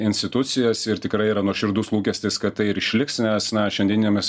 institucijas ir tikrai yra nuoširdus lūkestis kad tai ir išliks nes na šiandieniniames